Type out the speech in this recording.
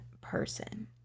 person